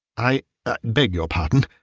i beg your pardon,